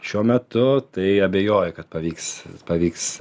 šiuo metu tai abejoju kad pavyks pavyks